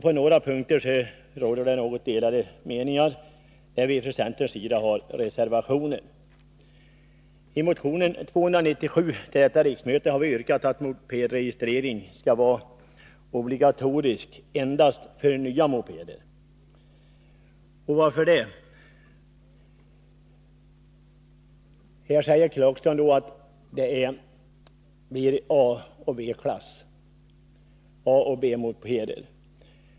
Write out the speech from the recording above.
På några punkter råder det delade meningar, och här har centern reservationer. I motionen 1982/83:297 har vi yrkat att mopedregistrering skall vara obligatorisk endast för nya mopeder. Rolf Clarkson sade att det blir fråga om A-mopeder och B-mopeder.